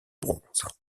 bronze